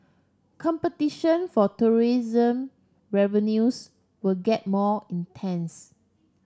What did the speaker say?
competition for tourism revenues will get more intense